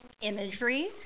imagery